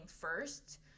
first